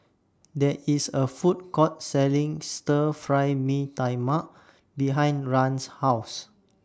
There IS A Food Court Selling Stir Fry Mee Tai Mak behind Rahn's House